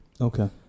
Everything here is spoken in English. Okay